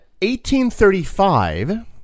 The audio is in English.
1835